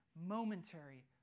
momentary